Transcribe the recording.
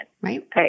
Right